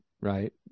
right